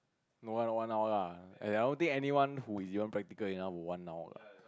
no one one hour lah I don't think anyone who is even practical enough would one hour